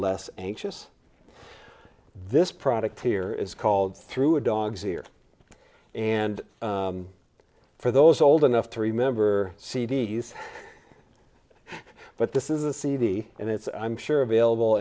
less anxious this product here is called through a dog's ear and for those old enough to remember c d s but this is a c v and it's i'm sure available